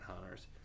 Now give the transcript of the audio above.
hunters